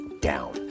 down